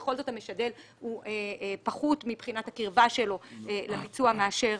בכל זאת המשדל הוא פחות מבחינת הקרבה שלו לביצוע מאשר